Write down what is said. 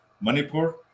Manipur